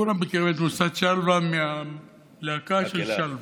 כולם מכירים את מוסד שלוה מהלהקה של שלוה.